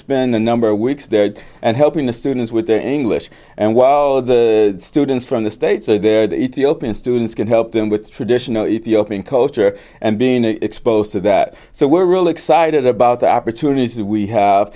spend a number of weeks there and helping the students with their english and while all of the students from the states are there the ethiopian students can help them with traditional european culture and being exposed to that so we're really excited about the opportunities that we have